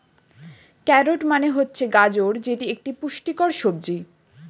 carrot মানে হচ্ছে গাজর যেটি একটি পুষ্টিকর সবজি